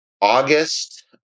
August